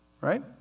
right